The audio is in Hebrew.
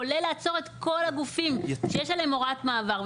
כולל לעצור את כל הגופים שיש עליהם הוראת מעבר,